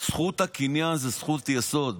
שזכות הקניין היא זכות יסוד,